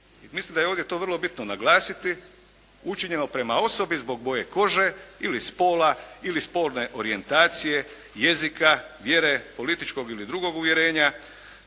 Mislim da je to ovdje vrlo bitno naglasiti učinjeno prema osobi zbog boje kože ili spola, ili spolne orijentacije, jezika, vjere, političkog i drugog uvjerenja,